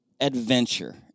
adventure